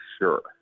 sure